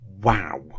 wow